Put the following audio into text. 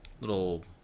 little